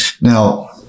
Now